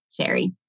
Sherry